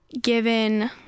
given